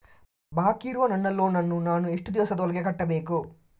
ಬಾಕಿ ಇರುವ ಲೋನ್ ನನ್ನ ನಾನು ಎಷ್ಟು ದಿವಸದ ಒಳಗೆ ಕಟ್ಟಬೇಕು?